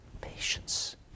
patience